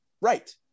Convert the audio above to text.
Right